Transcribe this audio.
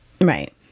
Right